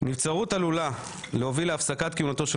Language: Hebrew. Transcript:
נבצרות עלולה להוביל להפסקת כהונתו של